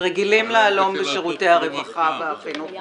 רגילים להלום בשירותי הרווחה, החינוך והבריאות.